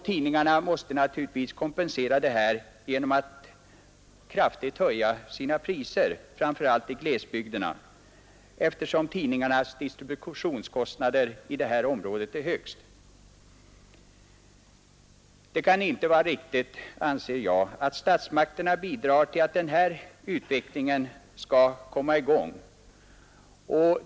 Tidningarna måste naturligtvis kompensera sig genom att kraftigt höja sina priser — framför allt i glesbygderna, eftersom tidningarnas distributionskostnader där är högst. Det kan inte vara riktigt, anser jag, att statsmakterna bidrar till en sådan utveckling.